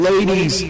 Ladies